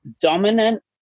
dominant